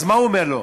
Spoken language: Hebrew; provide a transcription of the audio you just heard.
אז מה הוא אומר לו?